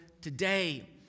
today